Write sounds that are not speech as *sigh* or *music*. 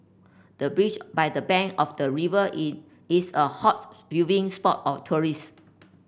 the beach by the bank of the river in is a hot *unintelligible* viewing spot of tourist